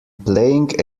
playing